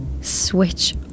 switch